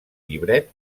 llibret